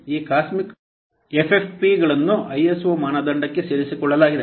ಈ ಕಾಸ್ಮಿಕ್ ಎಫ್ಎಫ್ಪಿಗಳನ್ನು ಐಎಸ್ಒ ಮಾನದಂಡಕ್ಕೆ ಸೇರಿಸಿಕೊಳ್ಳಲಾಗಿದೆ